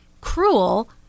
cruel